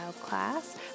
Class